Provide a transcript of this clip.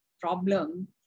problem